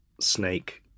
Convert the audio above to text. snake